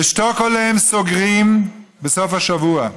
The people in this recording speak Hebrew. בשטוקהולם סוגרים בסוף השבוע.